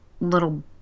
little